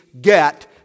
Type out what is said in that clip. get